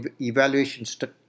evaluation